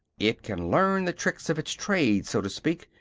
it can learn the tricks of its trade, so to speak.